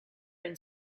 and